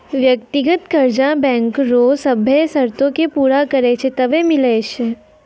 व्यक्तिगत कर्जा बैंको रो सभ्भे सरतो के पूरा करै छै तबै मिलै छै